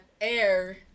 air